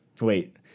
Wait